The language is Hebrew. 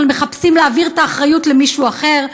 אבל מחפשים להעביר את האחריות למישהו אחר.